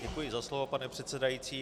Děkuji za slovo, pane předsedající.